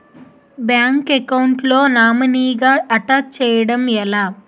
Bank account లో నామినీగా attach చేయడం ఎలా?